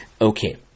Okay